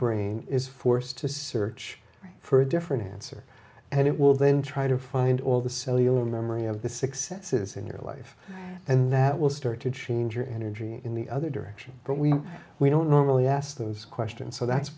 brain is forced to search for a different answer and it will then try to find all the cellular memory of the successes in your life and that will start to change your energy in the other direction but we we don't normally ask those questions so that's